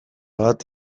bat